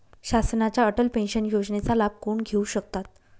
शासनाच्या अटल पेन्शन योजनेचा लाभ कोण घेऊ शकतात?